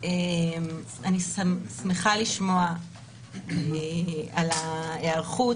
אני שמחה לשמוע על ההיערכות.